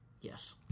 Yes